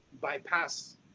bypass